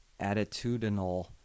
attitudinal